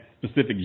specific